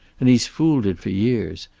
and he's fooled it for years.